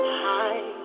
high